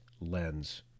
lens